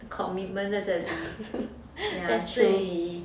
commitment 在这里 ya 所以